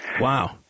Wow